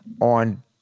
on